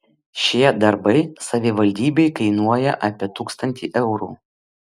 šie darbai savivaldybei kainuoja apie tūkstantį eurų